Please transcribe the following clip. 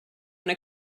when